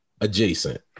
adjacent